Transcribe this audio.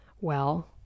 Well